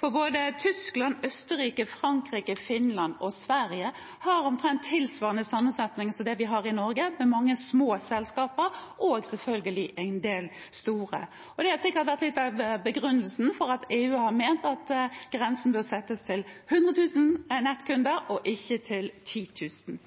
for både Tyskland, Østerrike, Frankrike, Finland og Sverige har omtrent tilsvarende sammensetning som det vi har i Norge, med mange små selskaper og selvfølgelig en del store. Det har sikkert vært litt av begrunnelsen for at EU har ment at grensen bør settes til 100 000 nettkunder og ikke til 10 000.